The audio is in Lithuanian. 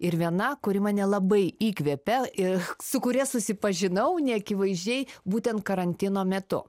ir viena kuri mane labai įkvepia ir su kuria susipažinau neakivaizdžiai būtent karantino metu